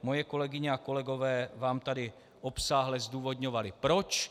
Moje kolegyně a kolegové vám tady obsáhle zdůvodňovali proč.